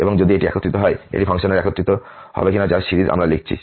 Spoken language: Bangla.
এবং যদি এটি একত্রিত হয় এটি ফাংশনে একত্রিত হবে কিনা যার সিরিজ আমরা লিখেছি